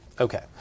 Okay